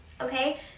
Okay